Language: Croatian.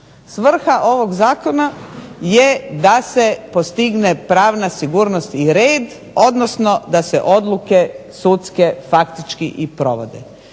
Svrha ovog zakona je da se postigne pravna sigurnost i red, odnosno da se odluke sudske faktički i provode.